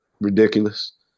Ridiculous